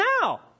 Now